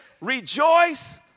rejoice